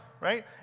right